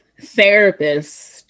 therapist